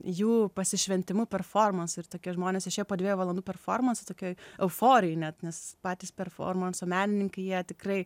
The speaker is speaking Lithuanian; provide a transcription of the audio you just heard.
jų pasišventimu performansui ir tokie žmonės išėjo po dviejų valandų performanso tokioj euforijoj net nes patys performanso menininkai jie tikrai